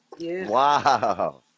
Wow